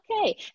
okay